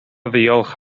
ddiolch